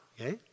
okay